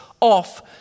off